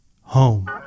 Home